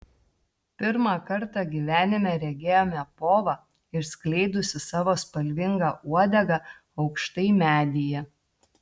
pirmą kartą gyvenime regėjome povą išskleidusį savo spalvingą uodegą aukštai medyje